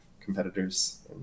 competitors